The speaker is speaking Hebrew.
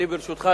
ברשותך,